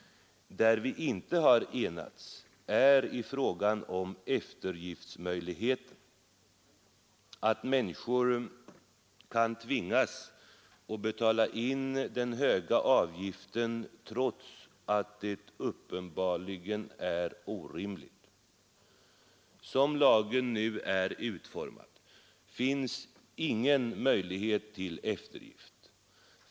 Där vi inte har enats är i frågan om eftergiftsmöjligheten. Människor kan ju tvingas att betala in den höga avgiften trots att det uppenbarligen är orimligt. Som lagen nu är utformad finns ingen möjlighet till eftergift.